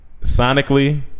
Sonically